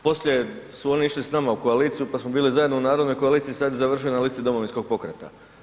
Poslije su oni išli s nama u koaliciju, pa smo bili zajedno u narodnoj koaliciji, sad je završio na listi Domovinskog pokreta.